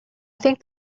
think